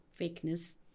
fakeness